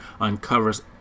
uncovers